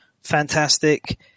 fantastic